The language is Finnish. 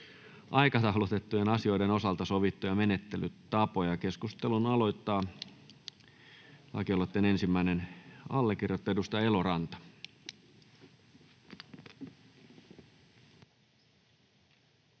aikataulutettujen asioiden osalta sovittuja menettelytapoja. — Keskustelun aloittaa lakialoitteen ensimmäinen allekirjoittaja, edustaja Eloranta. Arvoisa